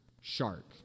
Shark